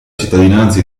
cittadinanza